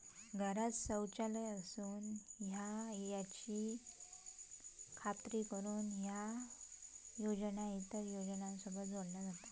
घरांत शौचालय असूक व्हया याची खात्री करुक ह्या योजना इतर योजनांसोबत जोडला जाता